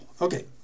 Okay